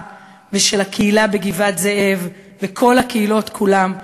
ושל הקהילה בגבעת-זאב וכל הקהילות כולן,